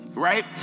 Right